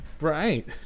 right